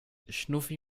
schnuffi